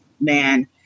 man